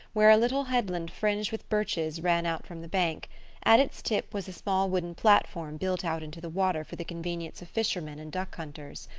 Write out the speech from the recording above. where a little headland fringed with birches ran out from the bank at its tip was a small wooden platform built out into the water for the convenience of fishermen and duck hunters.